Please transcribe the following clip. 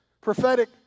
prophetic